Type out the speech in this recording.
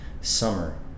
summer